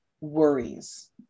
worries